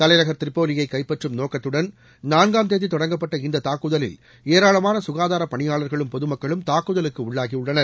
தலைநகர் திரிப்போலியை கைப்பற்றும் நோக்கத்துடன் நான்காம் தேதி தொடங்கப்பட்ட இந்த தாக்குதலில் ஏராளமான சுகாதாரப் பணியாளர்களும் பொது மக்களும் தாக்குதலுக்கு உள்ளாகியுள்ளனர்